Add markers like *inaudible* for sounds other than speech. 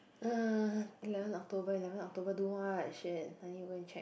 *noise* eleven October eleven October do what shit I need to go and check